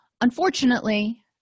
Unfortunately